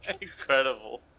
Incredible